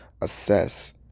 assess